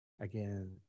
again